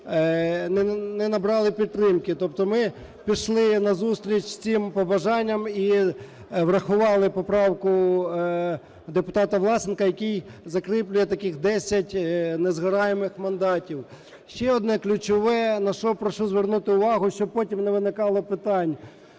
не набрали підтримки. Тобто ми пішли назустріч цим побажанням і врахували поправку депутата Власенка, який закріплює таких десять "незгораємих" мандатів. Ще одне ключове, на що прошу звернути увагу, щоб потім не виникало питань.